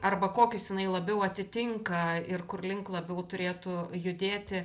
arba kokius jinai labiau atitinka ir kur link labiau turėtų judėti